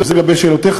זה לגבי שאלותיך.